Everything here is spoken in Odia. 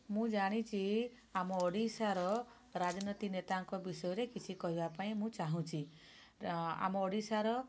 ମୁଁ ଜାଣିଛି ଆମ ଓଡ଼ିଶାର ରାଜନୀତି ନେତାଙ୍କ ବିଷୟରେ କିଛି କହିବା ପାଇଁ ମୁଁ ଚାହୁଁଛି ଆମ ଓଡ଼ିଶାର